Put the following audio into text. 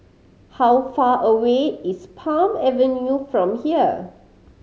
how far away is Palm Avenue from here